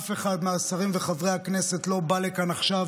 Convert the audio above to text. אף אחד מהשרים וחברי הכנסת לא בא לכאן עכשיו